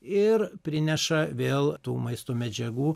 ir prineša vėl tų maisto medžiagų